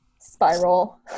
spiral